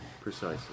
Precisely